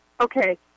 okay